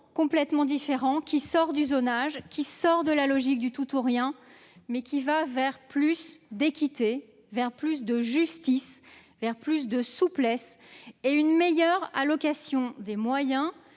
complètement différent, qui sort du zonage et de la logique du tout ou rien, pour aller vers plus d'équité, de justice, de souplesse et une meilleure allocation des moyens,